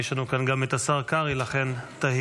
יש לנו כאן גם את השר קרעי, לכן תהיתי.